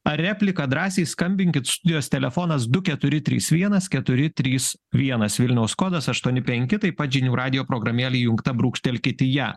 ar replika drąsiai skambinkit studijos telefonas du keturi trys vienas keturi trys vienas vilniaus kodas aštuoni penki taip pat žinių radijo programėle įjungta brūkštelkit į ją